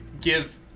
give